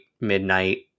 midnight